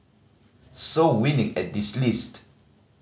so winning at this list